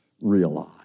Realize